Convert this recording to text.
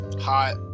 hot